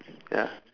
ya